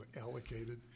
allocated